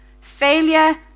Failure